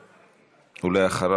ואחריו,